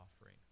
offering